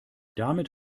damit